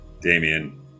Damien